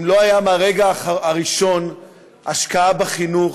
אם לא הייתה מהרגע הראשון השקעה בחינוך,